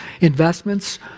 investments